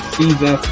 season